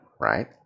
right